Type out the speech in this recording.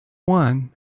one